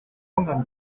ouangani